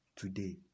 Today